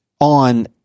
on